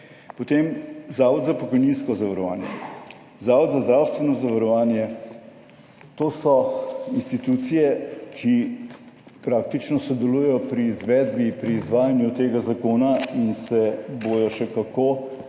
potem Zavod za pokojninsko zavarovanje, Zavod za zdravstveno zavarovanje. To so institucije, ki praktično sodelujejo pri izvedbi, pri izvajanju tega zakona in se bodo še kako